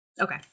Okay